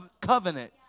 covenant